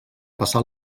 passar